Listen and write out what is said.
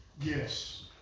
Yes